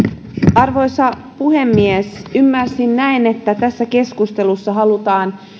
arvoisa puhemies ymmärsin näin että tässä keskustelussa halutaan